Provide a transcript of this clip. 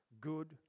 good